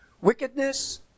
wickedness